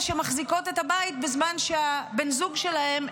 שמחזיקות את הבית בזמן שהבן זוג שלהן,